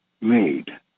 made